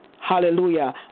hallelujah